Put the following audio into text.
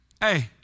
Hey